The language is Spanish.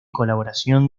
colaboración